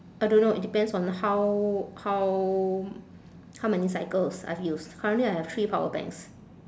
I don't know it depends on how how how many cycles I've used currently I have three power banks